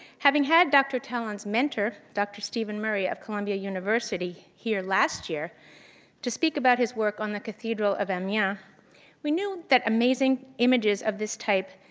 having had dr. tallon's mentor dr. stephen murray of colombia university here last year to speak about his work on the cathedral of amiens, um yeah we knew that amazing images of this type